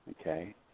okay